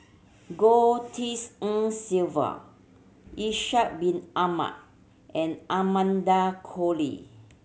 Goh Tshin En Sylvia Ishak Bin Ahmad and Amanda Koe Lee